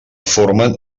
formen